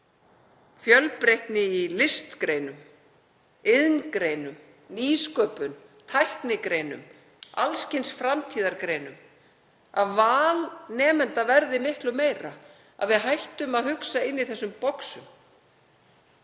Fjölbreytni í listgreinum, iðngreinum, nýsköpun, tæknigreinum alls kyns framtíðargreinum, að val nemenda verði miklu meira, að við hættum að hugsa inni í þessum boxum